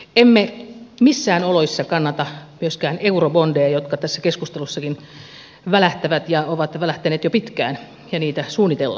emme missään oloissa kannata myöskään eurobondeja jotka tässä keskustelussakin välähtävät ja ovat välähtäneet jo pitkään ja niitä suunnitellaan